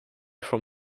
from